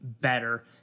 better